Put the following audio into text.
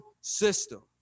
system